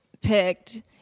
picked